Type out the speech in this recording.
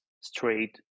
straight